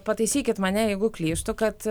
pataisykit mane jeigu klystu kad